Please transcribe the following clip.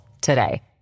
today